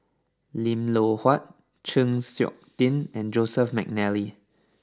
Lim Loh Huat Chng Seok Tin and Joseph McNally